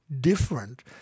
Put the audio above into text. different